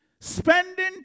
Spending